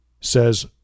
says